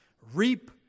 reap